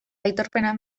aitorpena